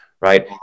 right